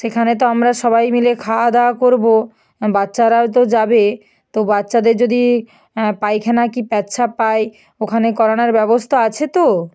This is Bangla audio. সেখানে তো আমরা সবাই মিলে খাওয়াদাওয়া করবো বাচ্চারাও তো যাবে তো বাচ্চাদের যদি পায়খানা কি পেচ্ছাপ পায় ওখানে করানোর ব্যবস্থা আছে তো